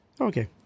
Okay